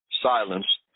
silence